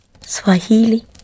Swahili